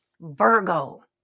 Virgo